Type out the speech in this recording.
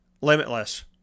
limitless